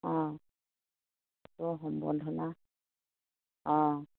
অঁ সম্বৰ্ধনা অঁ